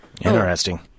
Interesting